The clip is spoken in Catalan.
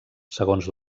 segons